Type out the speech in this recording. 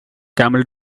camel